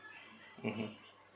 mmhmm